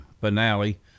finale